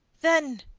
then.